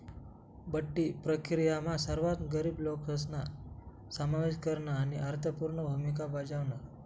बठ्ठी प्रक्रीयामा सर्वात गरीब लोकेसना समावेश करन आणि अर्थपूर्ण भूमिका बजावण